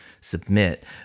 submit